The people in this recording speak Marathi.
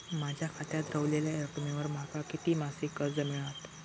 माझ्या खात्यात रव्हलेल्या रकमेवर माका किती मासिक कर्ज मिळात?